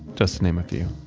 just to name a few.